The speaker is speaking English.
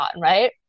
Right